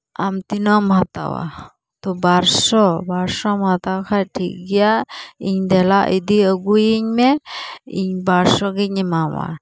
ᱟᱢ ᱛᱤᱱᱟᱹᱜ ᱮᱢ ᱦᱟᱛᱟᱣᱟ ᱵᱟᱨ ᱥᱚ ᱵᱟᱨ ᱥᱚᱢ ᱦᱟᱛᱟᱣ ᱠᱷᱟᱡ ᱴᱷᱤᱠ ᱜᱮᱭᱟ ᱤᱧ ᱫᱮᱞᱟ ᱤᱫᱤ ᱟᱹᱜᱩᱭᱤᱧ ᱢᱮ ᱤᱧ ᱵᱟᱨ ᱥᱚ ᱜᱮᱧ ᱮᱢᱟᱢᱟ